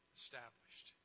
established